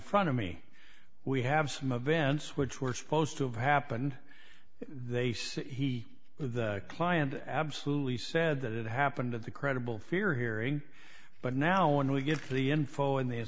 front of me we have some of vents which were supposed to have happened they said he the client absolutely said that it happened at the credible fear hearing but now when we get to the info in the